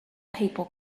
people